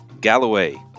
Galloway